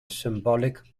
symbolic